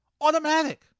Automatic